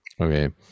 Okay